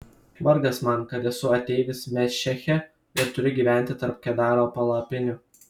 vargas man kad esu ateivis mešeche ir turiu gyventi tarp kedaro palapinių